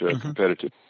competitive